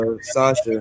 Sasha